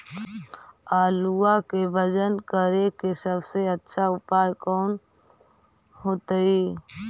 आलुआ के वजन करेके सबसे अच्छा उपाय कौन होतई?